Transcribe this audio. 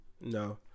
No